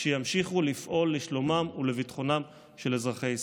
שימשיכו לפעול לשלומם ולביטחונם של אזרחי ישראל.